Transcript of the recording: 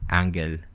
angle